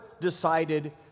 decided